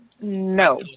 No